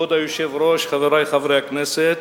כבוד היושב-ראש, חברי חברי הכנסת,